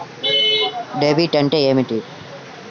Debit అంటే ఏమిటి?